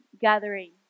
gathering